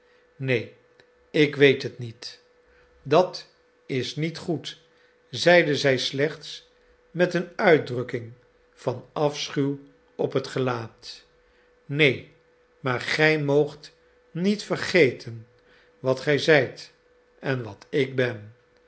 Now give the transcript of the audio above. neen ik weet het niet dat is niet goed zeide zij slechts met een uitdrukking van afschuw op het gelaat neen maar gij moogt niet vergeten wat gij zijt en wat ik ben